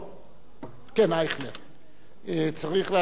צריך להפנות את תשומת לבו.